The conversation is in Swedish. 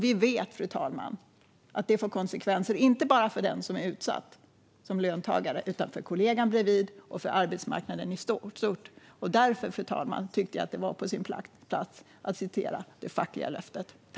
Vi vet, fru talman, att detta får konsekvenser, inne bara för den som är utsatt som löntagare utan för kollegan bredvid och för arbetsmarknaden i stort. Därför tyckte jag att det var på sin plats att citera det fackliga löftet.